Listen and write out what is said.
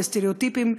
לסטריאוטיפים,